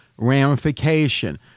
ramification